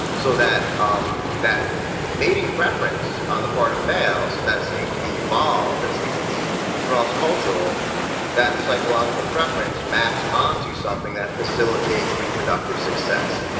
so that um that mating preference on the part of males that seems to be evolved, that seems to be cross-cultural that psychology preference maps on to something that facilitates reproductive success.